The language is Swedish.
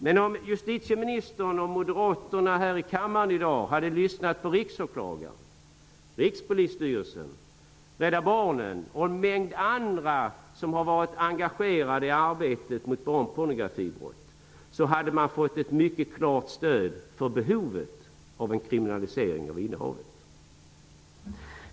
Men om justitieministern och moderaterna här i kammaren hade lyssnat på riksåklagaren, Rikspolisstyrelsen, Rädda Barnen och en mängd andra som har varit engagerade i arbetet mot barnpornografibrott hade de fått höra att det finns ett mycket klart stöd för behovet av en kriminalisering av innehavet.